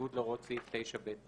בניגוד להוראות סעיף 9ב,